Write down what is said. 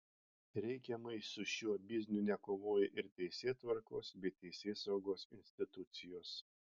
reikiamai su šiuo bizniu nekovoja ir teisėtvarkos bei teisėsaugos institucijos